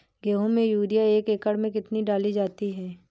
गेहूँ में यूरिया एक एकड़ में कितनी डाली जाती है?